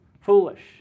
foolish